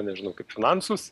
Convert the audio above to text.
nežinau kaip finansus